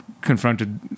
confronted